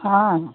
हँ